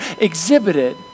exhibited